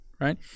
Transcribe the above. right